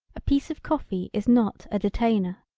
a piece of coffee is not a detainer.